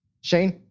Shane